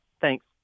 Thanks